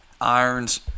irons –